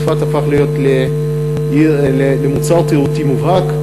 צפת הפכה להיות מוצר תיירותי מובהק.